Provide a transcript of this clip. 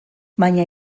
baina